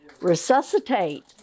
resuscitate